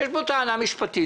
יש פה טענה משפטית.